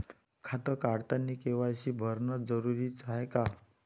खातं काढतानी के.वाय.सी भरनं जरुरीच हाय का?